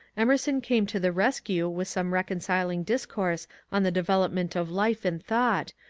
emerson came to the rescue with some reconciling discourse on the development of life and thought,